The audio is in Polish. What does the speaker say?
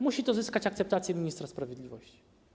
Musi to zyskać akceptację ministra sprawiedliwości.